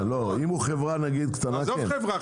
אם הוא חברה קטנה --- עזוב חברה.